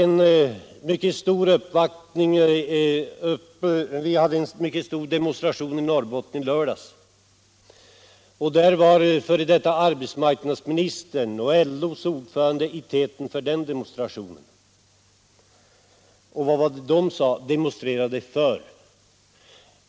I lördags anordnades det en mycket stor demonstration i Norrbotten med f. d. arbetsmarknadsministern och LO-ordföranden i täten. Vad var det de demonstrerade för?